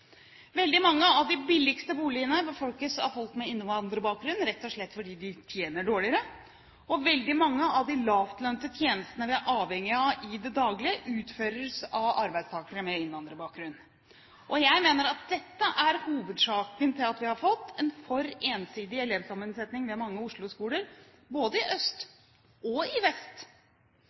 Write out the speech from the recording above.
Veldig mange av de billigste boligene befolkes av folk med innvandrerbakgrunn – rett og slett fordi de tjener dårligere – og veldig mange av de lavtlønnede tjenestene vi er avhengige av i det daglige, utføres av arbeidstakere med innvandrerbakgrunn. Jeg mener at dette er hovedårsaken til at vi har fått en for ensidig elevsammensetning ved mange Oslo-skoler, både i øst og i vest.